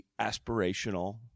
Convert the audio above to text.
aspirational